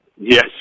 Yes